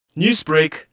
Newsbreak